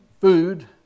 food